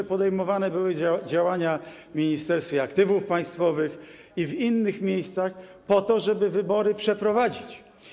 że podejmowane były działania w Ministerstwie Aktywów Państwowych i w innych miejscach po to, żeby wybory przeprowadzić.